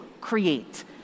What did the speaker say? create